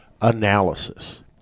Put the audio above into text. analysis